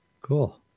Cool